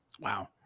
Wow